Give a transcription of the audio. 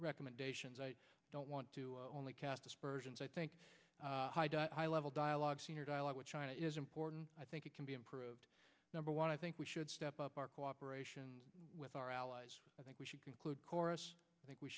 recommendations i don't want to cast aspersions i think high level dialogue senior dialogue with china is important i think it can be improved number one i think we should step up our cooperation with our allies i think we should conclude corus i think we